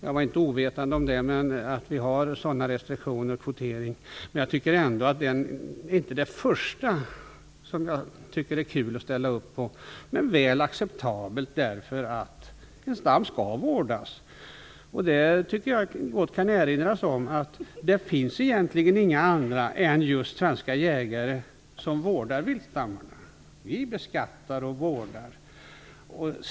Jag var inte ovetande om restriktioner och kvoteringar. Detta är inte det första jag tycker att det är kul att ställa upp på. Det är ändå acceptabelt, eftersom en stam skall vårdas. Jag tycker gott att man kan erinra om att det egentligen inte finns några andra än svenska jägare som vårdar viltstammarna. Vi jägare beskattar och vårdar.